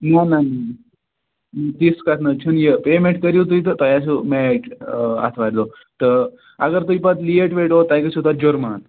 نہ نہ نہ تِژھ کَتھ نہ حظ چھنہٕ یہِ پیمٮ۪نٛٹ کٔرِو تُہۍ تہٕ تۄہہِ آسیو میچ اَتھ وارِ دۄہ تہٕ اگر تُہۍ پَتہٕ لیٹ ویٹ او تۄہہِ گٔژھِو تَتھ جُرمان